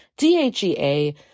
DHEA